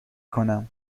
کنم